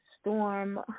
storm